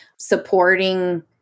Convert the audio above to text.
supporting